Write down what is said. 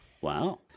Wow